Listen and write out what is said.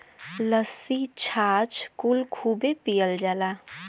लस्सी छाछ कुल खूबे पियल जाला